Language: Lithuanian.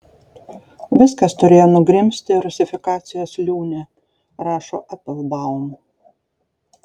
viskas turėjo nugrimzti rusifikacijos liūne rašo eplbaum